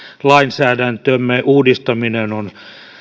lainsäädäntömme uudistaminen on